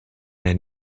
mij